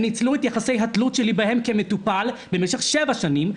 הם ניצלו את יחסי התלות שלי בהם כמטופל במשך שבע שנים,